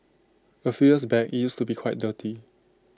A few years back IT used to be quite dirty